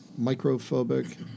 microphobic